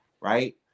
right